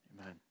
Amen